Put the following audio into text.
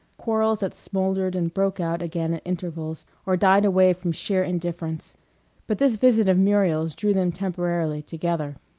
quarrels that smouldered and broke out again at intervals or died away from sheer indifference but this visit of muriel's drew them temporarily together.